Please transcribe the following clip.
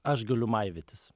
aš galiu maivytis